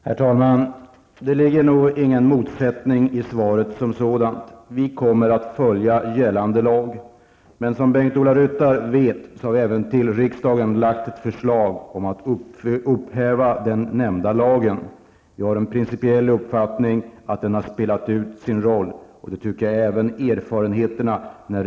Herr talman! Det ligger ingen motsättning i svaret som sådant. Vi kommer att följa gällande lag. Men som Bengt-Ola Ryttar vet har vi framlagt ett förslag till riksdagen om att upphäva den nämnda lagen. Vår principiella uppfattning är att den har spelat ut sin roll. Det tycker jag att erfarenheterna har visat.